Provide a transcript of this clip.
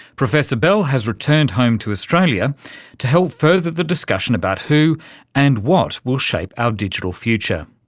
professor bell has returned home to australia to help further the discussion about who and what will shape our digital future.